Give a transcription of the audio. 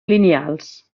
lineals